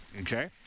Okay